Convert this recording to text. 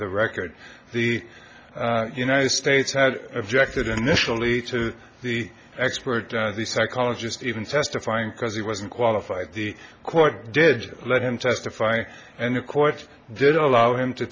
the record the united states had objected initially to the expert the psychologist even testifying because he wasn't qualified the court did let him testify and the court did allow him to